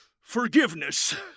Forgiveness